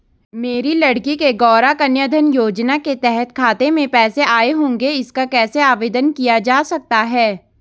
मेरी लड़की के गौंरा कन्याधन योजना के तहत खाते में पैसे आए होंगे इसका कैसे आवेदन किया जा सकता है?